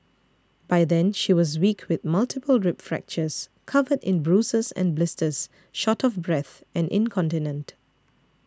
by then she was weak with multiple rib fractures covered in bruises and blisters short of breath and incontinent